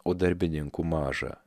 o darbininkų maža